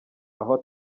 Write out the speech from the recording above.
aho